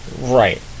Right